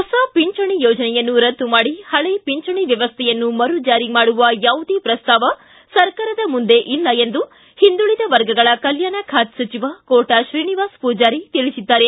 ಹೊಸ ಪಿಂಚಣಿ ಯೋಜನೆಯನ್ನು ರದ್ದು ಮಾಡಿ ಹಳೆ ಪಿಂಚಣಿ ವ್ಯವಸ್ಥೆಯನ್ನು ಮರು ಜಾರಿ ಮಾಡುವ ಯಾವುದೇ ಪ್ರಸ್ತಾಪ ಸರ್ಕಾರದ ಮುಂದೆ ಇಲ್ಲ ಎಂದು ಹಿಂದುಳಿದ ವರ್ಗಗಳ ಕಲ್ಲಾಣ ಖಾತೆ ಸಚಿವ ಕೋಟಾ ಶ್ರೀನಿವಾಸ ಪೂಜಾರಿ ತಿಳಿಸಿದ್ದಾರೆ